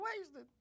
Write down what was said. wasted